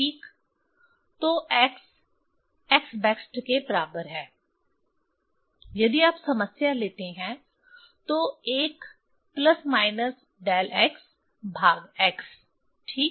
तो x x best के बराबर है यदि आप समस्या लेते हैं तो 1 प्लस माइनस डेल x भाग x ठीक